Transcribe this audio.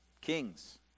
kings